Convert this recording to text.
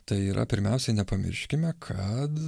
tai yra pirmiausia nepamirškime kad